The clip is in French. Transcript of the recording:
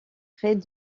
près